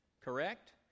correct